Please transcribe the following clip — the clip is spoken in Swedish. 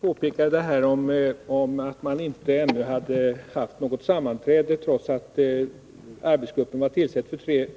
Herr talman! Att jag påpekade att arbetsgruppen ännu inte har haft något sammanträde trots att den